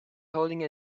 holding